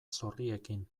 zorriekin